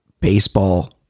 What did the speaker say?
baseball